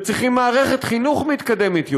וצריכים מערכת חינוך מתקדמת יותר.